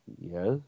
Yes